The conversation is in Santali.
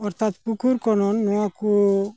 ᱚᱨᱛᱷᱟᱛ ᱯᱩᱠᱩᱨ ᱠᱷᱚᱱᱚᱱ ᱱᱚᱣᱟᱠᱚ